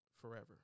forever